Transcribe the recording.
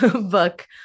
book